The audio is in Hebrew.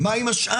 מה עם השאר?